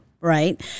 Right